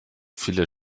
viele